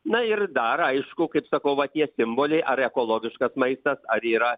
na ir dar aišku kaip sakau va tie simboliai ar ekologiškas maistas ar yra